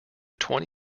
twenty